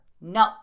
no